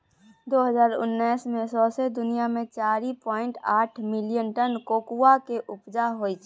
दु हजार उन्नैस मे सौंसे दुनियाँ मे चारि पाइंट आठ मिलियन टन कोकोआ केँ उपजा होइ छै